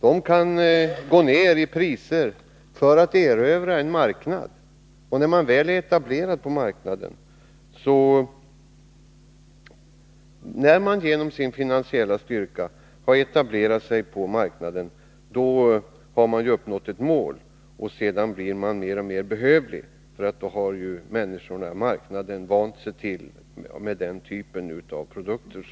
De kan gå ned i pris för att erövra en marknad. När man genom sin finansiella styrka har etablerat sig på marknaden, har man ju uppnått ett mål. Man skapar ett behov av sina produkter.